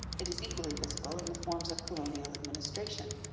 it is equally visible in the forms of colonial administration.